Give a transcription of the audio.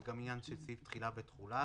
סעיף של תחילה ותחולה.